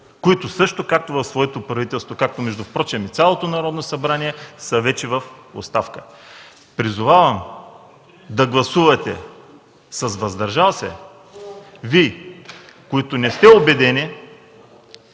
което също както своето правителство, както впрочем и цялото Народно събрание, вече е в оставка. Призовавам да гласувате с „въздържал се” – Вие, които не сте убедени,